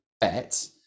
bet